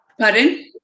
pardon